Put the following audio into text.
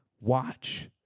Watch